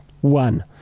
one